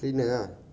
cleaner ah